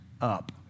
up